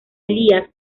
elías